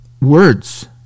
words